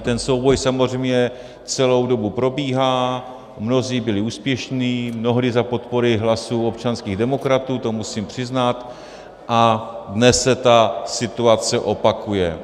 Ten souboj samozřejmě celou dobu probíhá, mnozí byli úspěšní, mnohdy za podpory hlasů občanských demokratů, to musím přiznat, a dnes se ta situace opakuje.